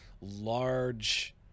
large